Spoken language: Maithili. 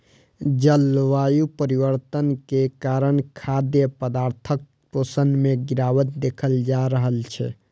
जलवायु परिवर्तन के कारण खाद्य पदार्थक पोषण मे गिरावट देखल जा रहल छै